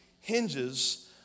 hinges